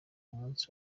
munsi